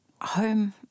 home